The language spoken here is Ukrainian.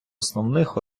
основних